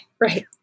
right